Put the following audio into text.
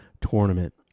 tournament